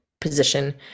position